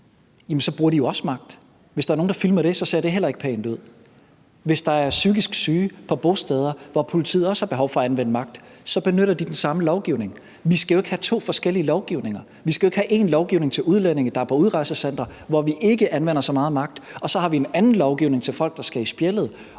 så bruger de jo også magt. Hvis der er nogen, der filmer det, ser det heller ikke pænt ud. Hvis der er psykisk syge på bosteder, hvor politiet også har behov for at anvende magt, så benytter de den samme lovgivning. Vi skal jo ikke have to forskellige lovgivninger, vi skal jo ikke have én lovgivning til udlændinge, der er på udrejsecenter, hvor vi ikke anvender så meget magt, og så have en anden lovgivning til folk, der skal i spjældet,